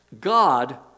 God